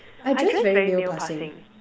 I dress very male passing